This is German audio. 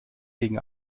gegen